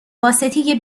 واسطه